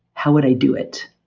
how would i do it?